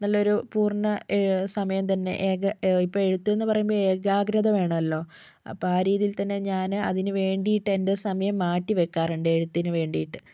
നല്ലൊരു പൂർണ്ണ സമയം തന്നെ ഏക ഇപ്പോൾ എഴുത്ത് എന്ന പറയുമ്പോൾ ഏകാക്രത വേണമല്ലോ അപ്പോൾ ആ രീതിയിൽ തന്നെ ഞാൻ അതിന് വേണ്ടിയിട്ട് എൻ്റെ സമയം മാറ്റി വെയ്ക്കാറുണ്ട് എഴുത്തിന് വേണ്ടിയിട്ട്